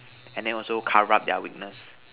and then also cover up their weakness